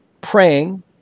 praying